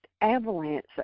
avalanche